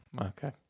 okay